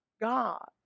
God